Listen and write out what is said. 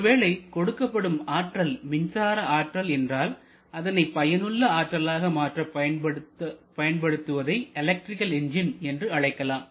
ஒருவேளை கொடுக்கப்படும் ஆற்றல் மின்சார ஆற்றல் என்றால் அதனை பயனுள்ள ஆற்றலாக மாற்ற பயன்படுத்துவதை எலக்ட்ரிக்கல் எஞ்சின் என்று அழைக்கலாம்